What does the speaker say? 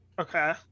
Okay